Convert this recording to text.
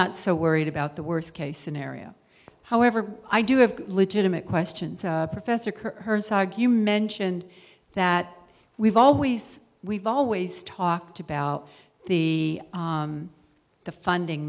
not so worried about the worst case scenario however i do have legitimate questions professor kurz argue mentioned that we've always we've always talked about the the funding